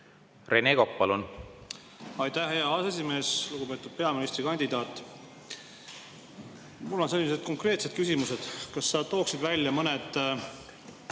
selle uuega. Aitäh, hea aseesimees! Lugupeetud peaministrikandidaat! Mul on sellised konkreetsed küsimused. Kas sa tooksid välja mõned